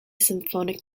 symphonic